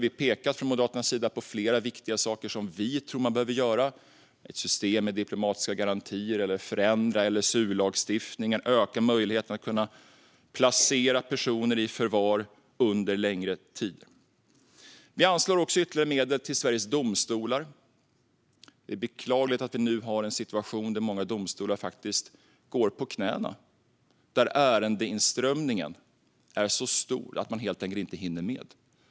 Vi har från Moderaternas sida pekat på flera viktiga saker som vi tror att man behöver göra. Det handlar till exempel om ett system med diplomatiska garantier, om att förändra LSU-lagstiftningen och om att öka möjligheten att placera personer i förvar under längre tid. Vi anslår också ytterligare medel till Sveriges Domstolar. Det är beklagligt att det nu råder en situation där många domstolar faktiskt går på knäna och där ärendeinströmningen är så stor att man helt enkelt inte hinner med.